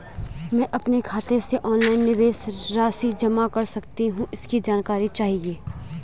मैं अपने खाते से ऑनलाइन निवेश राशि जमा कर सकती हूँ इसकी जानकारी चाहिए?